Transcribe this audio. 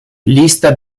lista